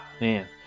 man